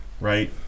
right